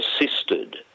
assisted